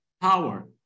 power